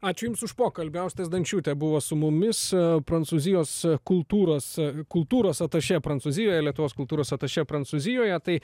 ačiū jums už pokalbį austė zdančiūtė buvo su mumis prancūzijos kultūros kultūros atašė prancūzijoje lietuvos kultūros atašė prancūzijoje tai